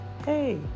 hey